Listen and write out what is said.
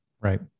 Right